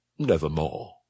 Nevermore